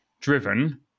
driven